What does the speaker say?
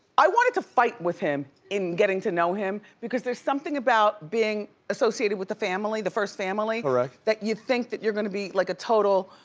i wanted to fight with him in getting to know him, because there's something about being associated with the family, the first family correct. that you think that you're gonna be, like a total.